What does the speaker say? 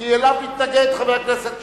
כי אליו מתנגד חבר הכנסת שטרית.